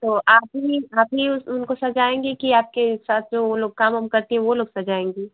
तो आप ही आप ही उनको सजाएंगी कि आपके साथ जो वो लोग काम ओम करती हैं वो लोग सजाएंगी